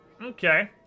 Okay